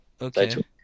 okay